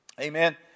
Amen